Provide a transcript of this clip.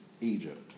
Egypt